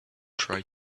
try